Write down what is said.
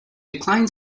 decline